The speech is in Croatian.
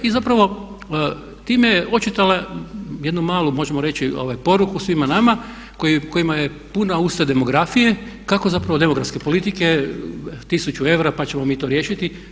I zapravo time je očitala jednu malu možemo reći poruku svima nama kojima je puna usta demografije kako zapravo demografske politike 1000 eura pa ćemo mi to riješiti.